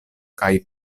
kaj